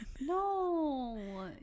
No